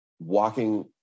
walking